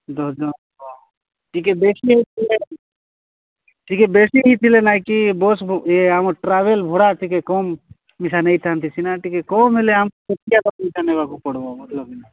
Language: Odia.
ଦଶଜଣ ଯିବ ଟିକେ ବେଶୀ ହେଇଥିଲେ ଟିକେ ବେଶୀ ହେଇଥିଲେ ନାଇଁକି ବସ୍ ଆମର ଟ୍ରାଭେଲ୍ ଭଡ଼ା ଟିକେ କମ୍ ପଇସା ନେଇଥାନ୍ତି ସିନା ଟିକେ କମ୍ ହେଲେ ଆମ ପଇସା ନେବାକୁ ପଡ଼ିବ ମଲବ